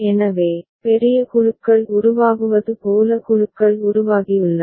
எனவே பெரிய குழுக்கள் உருவாகுவது போல குழுக்கள் உருவாகியுள்ளன